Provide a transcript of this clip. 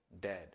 dead